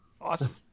awesome